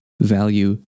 value